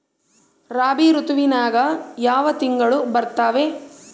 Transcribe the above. ರಾಬಿ ಋತುವಿನ್ಯಾಗ ಯಾವ ತಿಂಗಳು ಬರ್ತಾವೆ?